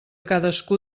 cadascú